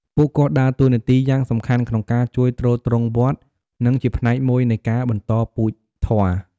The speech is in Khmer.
ពួកគាត់ដើរតួនាទីយ៉ាងសំខាន់ក្នុងការជួយទ្រទ្រង់វត្ត និងជាផ្នែកមួយនៃការបន្តពូជធម៌។